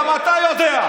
גם אתה יודע.